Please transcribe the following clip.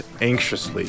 anxiously